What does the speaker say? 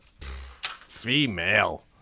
female